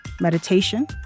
meditation